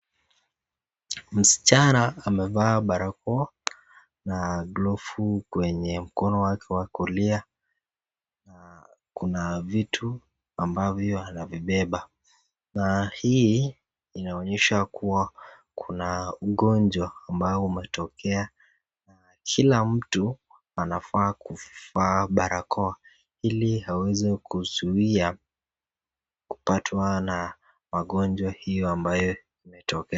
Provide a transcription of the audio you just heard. Msichana amevaa barakoa na glovu kwenye mkono wake wa kulia, na kuna vitu ambavyo anavibeba, na hii inaonyesha kuna ugonjwa ambayo imetokea. Kila mtu anafaa kuvaa barakoa ili aweze kuzuia kupatwa na magonjwa hiyo ambayo imetokea.